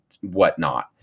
whatnot